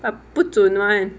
but 不准 [one]